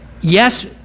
Yes